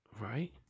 Right